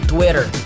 Twitter